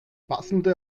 passende